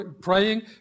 Praying